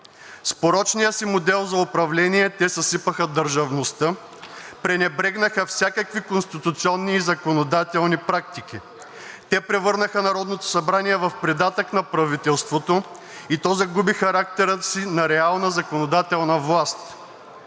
С порочния си модел за управление те съсипаха държавността, пренебрегнаха всякакви конституционни и законодателни практики. Те превърнаха Народното събрание в придатък на правителството и то загуби характера си на реална законодателна власт.